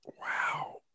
wow